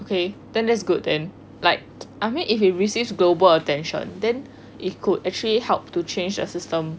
okay then that's good then like I mean if it receives global attention then it could actually help to change the system